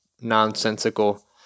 nonsensical